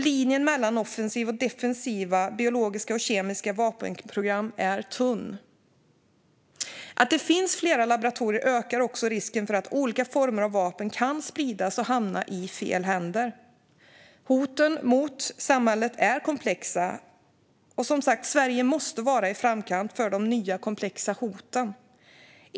Linjen mellan offensiva och defensiva biologiska och kemiska vapenprogram är tunn. Att det finns flera laboratorier ökar också risken för att olika former av vapen kan spridas och hamna i fel händer. Hoten mot samhället är komplexa, och Sverige måste ligga i framkant för de nya komplexa hoten.